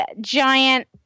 giant